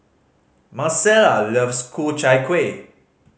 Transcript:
Marcella loves Ku Chai Kuih